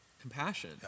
compassion